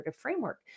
framework